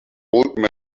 old